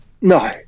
No